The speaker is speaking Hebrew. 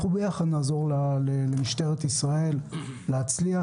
אנחנו ביחד נעזור למשטרת ישראל להצליח.